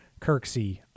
Kirksey